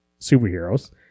superheroes